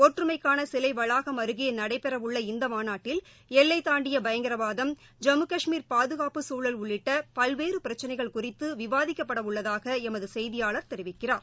ஒற்றுமைக்கான சிலை வளாகம் அருகே நடைபெறவுள்ள இந்த மாநாட்டில் எல்லைதாண்டிய பயங்கரவாதம் ஜம்மு கஷ்மீர் பாதுகாப்பு சூழல் உள்ளிட்ட பல்வேறு பிரச்சினைகள் குறித்து விவாதிக்கப்படவுள்ளதாக எமது செய்தியாளர் தெரிவிக்கிறார்